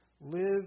Live